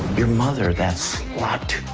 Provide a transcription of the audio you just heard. your mother, that slut,